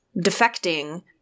defecting